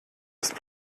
ist